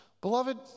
Beloved